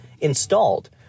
installed